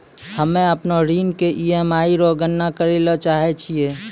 हम्म अपनो ऋण के ई.एम.आई रो गणना करैलै चाहै छियै